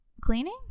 Cleaning